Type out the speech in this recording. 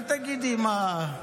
אל תגידי מה.